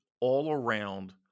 all-around